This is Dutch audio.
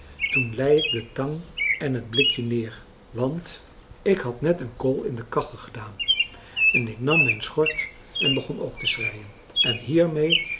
toen lei ik de tang en het blikje neer want ik had net een kool in de kachel gedaan en ik nam mijn schort en begon ook te schreien en hiermee